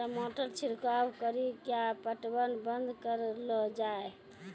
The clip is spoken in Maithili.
टमाटर छिड़काव कड़ी क्या पटवन बंद करऽ लो जाए?